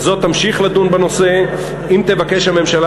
וזו תמשיך לדון בנושא אם תבקש הממשלה